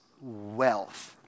wealth